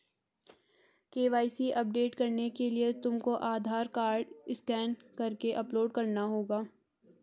KYC update करने के लिए तुमको आधार कार्ड स्कैन करके अपलोड करना होगा